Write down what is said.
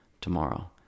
tomorrow